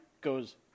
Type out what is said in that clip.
goes